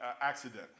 accident